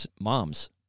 moms